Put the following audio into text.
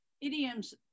idioms